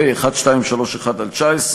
פ/1231/19,